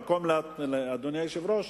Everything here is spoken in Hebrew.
אדוני היושב-ראש,